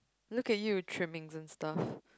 look at you trimmings and stuff